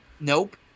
nope